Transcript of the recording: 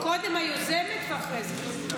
קודם היוזמת ואחרי זה,